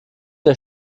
der